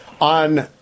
On